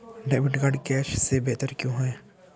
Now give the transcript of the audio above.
Debit card cash से बेहतर क्यों है?